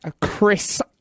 Chris